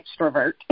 extrovert